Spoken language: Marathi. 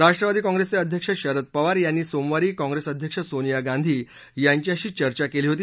राष्ट्रवादी काँप्रेसचे अध्यक्ष शरद पवार यांनी सोमवारी काँग्रेस अध्यक्ष सोनिया गांधी यांच्याशी चर्चा केली होती